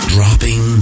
Dropping